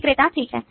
विक्रेता ठीक है